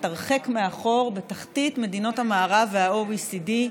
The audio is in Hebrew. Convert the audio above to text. הרחק מאחור בתחתית מדינות המערב וה-OECD,